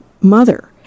mother